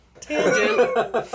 Tangent